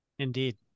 Indeed